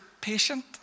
patient